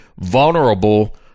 vulnerable